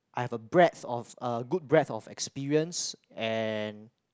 I have a breadth of uh good breadth of experience and